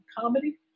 comedy